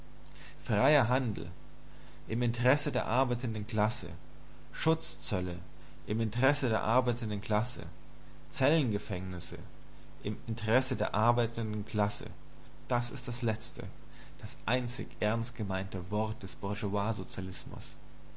freier handel im interesse der arbeitenden klasse schutzzölle im interesse der arbeitenden klasse zellengefängnisse im interesse der arbeitenden klasse das ist das letzte das einzige ernstgemeinte wort des bourgeoisiesozialismus